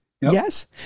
Yes